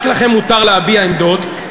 רק לכם מותר להביע עמדות,